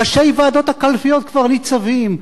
ראשי ועדות הקלפיות כבר ניצבים.